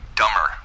dumber